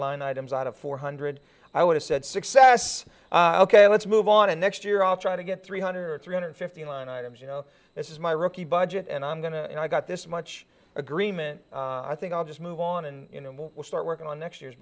line items out of four hundred i would have said success ok let's move on and next year i'll try to get three hundred three hundred fifty line items you know this is my rookie budget and i'm going to and i've got this much agreement i think i'll just move on and you know we'll start working on next year's